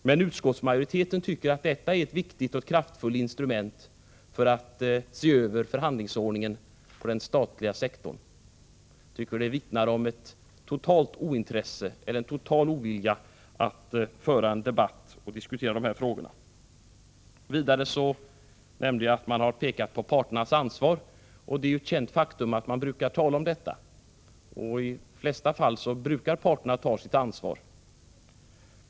Men utskottsmajoriteten tycker att den är ett viktigt och kraftfullt instrument för att se över förhandlingsordningen på den statliga sektorn. Det vittnar om en total ovilja att föra en debatt och att diskutera dessa frågor. Vidare nämnde jag att man har pekat på parternas ansvar. Det är ett känt faktum att man brukar tala om detta, och i de flesta fall brukar parterna ta sitt ansvar.